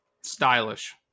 Stylish